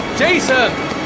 Jason